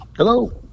Hello